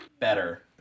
Better